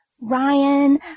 Ryan